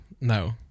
No